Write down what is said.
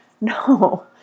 No